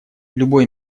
любой